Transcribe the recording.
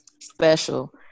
special